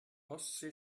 ostsee